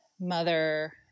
mother